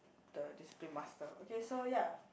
the discipline master okay so ya